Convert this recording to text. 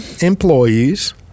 employees